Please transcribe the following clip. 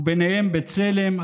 וביניהם בצלם,